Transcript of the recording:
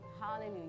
Hallelujah